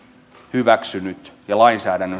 hyväksynyt ja lainsäädännön